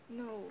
no